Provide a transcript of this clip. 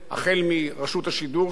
שבה אפשר להשפיע עוד יותר,